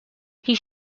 his